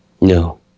no